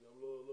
אני לא יודע,